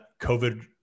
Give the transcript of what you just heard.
COVID